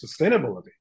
sustainability